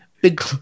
big